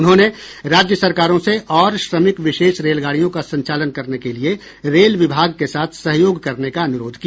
उन्होंने राज्य सरकारों से और श्रमिक विशेष रेलगाडियों का संचालन करने के लिए रेल विभाग के साथ सहयोग करने का अनुरोध किया